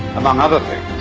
among other things,